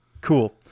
Cool